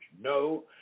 No